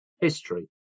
history